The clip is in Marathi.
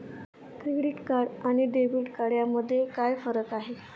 क्रेडिट कार्ड आणि डेबिट कार्ड यामध्ये काय फरक आहे?